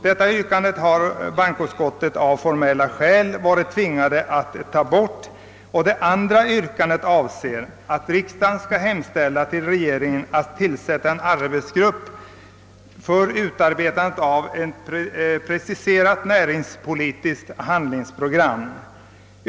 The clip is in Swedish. Detta yrkande har bankoutskottet av formella skäl icke kunnat ta upp till prövning. Vidare önskar motionärerna att riksdagen skall hemställa hos regeringen om tillsättande av en arbetsgrupp som skall utarbeta ett preciserat näringspolitiskt handlingsprogram.